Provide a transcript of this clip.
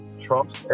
trumps